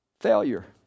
failure